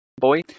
boy